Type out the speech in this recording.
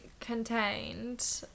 contained